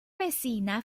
vecina